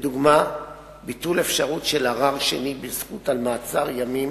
לדוגמה ביטול אפשרות של ערר שני בזכות על מעצר ימים